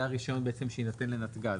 זה הרישיון שיינתן לנתג"ז,